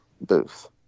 booth